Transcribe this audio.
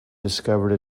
discovered